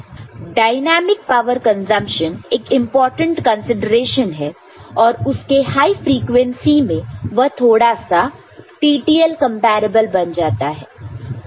dynamic power dissipation एक important consideration है और हाई फ्रीक्वेंसी में वह थोड़ा सा TTL कंपैरेबल बन जाता है